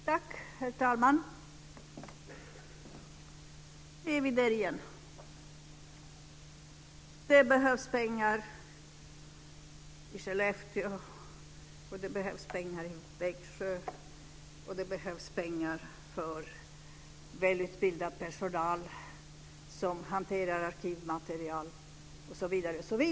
Herr talman! Nu är vi där igen! Det behövs pengar i Sollefteå. Det behövs pengar i Växjö. Det behövs pengar för välutbildad personal som hanterar arkivmaterial osv.